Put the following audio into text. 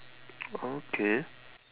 okay